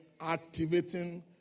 activating